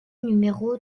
numéro